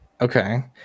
Okay